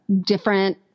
different